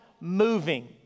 moving